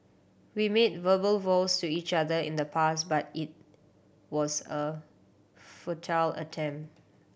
we made verbal vows to each other in the past but it was a futile attempt